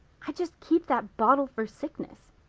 i just kept that bottle for sickness.